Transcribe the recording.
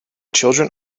children